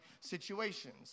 situations